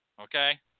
Okay